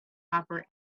copper